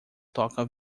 toca